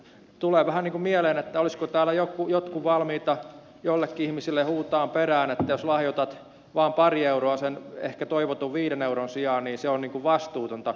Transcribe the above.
tulee vähän mieleen että olisivatko täällä jotkut valmiita jollekin ihmiselle huutamaan perään että jos lahjoitat vain pari euroa sen ehkä toivotun viiden euron sijaan niin se on vastuutonta